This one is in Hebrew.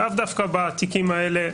לאו דווקא בתיקים האלה,